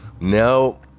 no